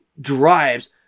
drives